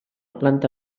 planta